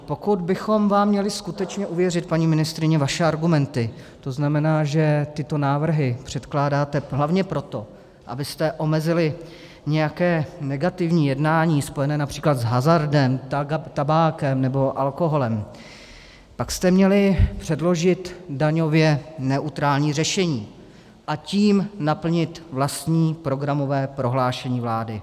Pokud bychom vám měli skutečně uvěřit, paní ministryně, vaše argumenty, to znamená, že tyto návrhy předkládáte hlavně proto, abyste omezili nějaké negativní jednání spojené například s hazardem, tabákem nebo alkoholem, pak jste měli předložit daňově neutrální řešení, a tím naplnit vlastní programové prohlášení vlády.